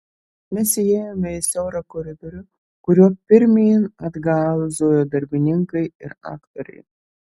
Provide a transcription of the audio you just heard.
mes įėjome į siaurą koridorių kuriuo pirmyn atgal zujo darbininkai ir aktoriai